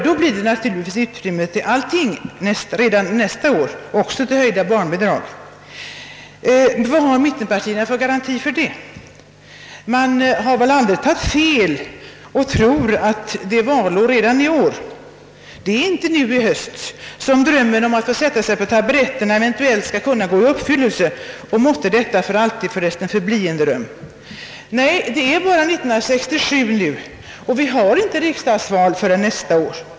Då blir det naturligtvis utrymme till allting redan nästa år, också till höjda barnbidrag. Vad har mittenpartierna för garanti för det? Man har väl aldrig tagit fel och tror att det är valår redan i år? Det är faktiskt inte nu i höst, som drömmen om att få sätta sig på taburetterna eventuellt skall kunna gå i uppfyllelse. Måtte för resten detta för alltid förbli en dröm! Nej, det är 1967 nu, och vi har inte riksdagsval förrän nästa år.